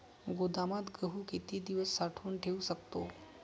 गोदामात गहू किती दिवस साठवून ठेवू शकतो?